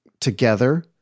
together